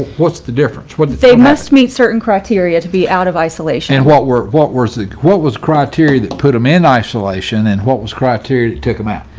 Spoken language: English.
what's the difference? what they must meet certain criteria to be out of isolation? what were what was the what was criteria that put them in isolation and what was criteria took them out?